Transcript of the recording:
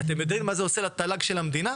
אתם יודעים מה זה עושה לתל"ג של המדינה?